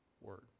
word